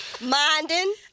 Minding